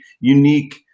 unique